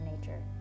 nature